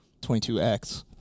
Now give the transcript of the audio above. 22X